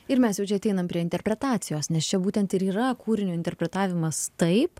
ir mes jau čia ateinam prie interpretacijos nes čia būtent ir yra kūrinio interpretavimas taip